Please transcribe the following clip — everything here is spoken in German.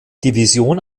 division